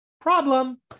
problem